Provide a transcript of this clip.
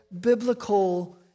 biblical